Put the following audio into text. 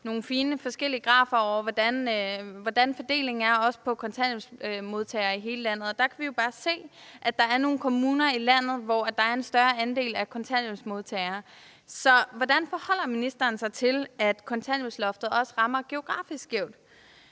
nogle forskellige fine grafer over, hvordan fordelingen – også for kontanthjælpsmodtagere – er i hele landet, og der kan vi jo bare se, at der er nogle kommuner i landet, hvor der er en større andel af kontanthjælpsmodtagere. Så hvordan forholder ministeren sig til, at kontanthjælpsloftet også rammer geografisk skævt,